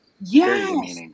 Yes